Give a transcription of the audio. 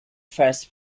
first